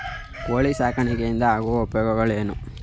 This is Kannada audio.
ಕೋಳಿ ಸಾಕಾಣಿಕೆಯಿಂದ ಆಗುವ ಉಪಯೋಗಗಳೇನು?